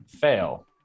fail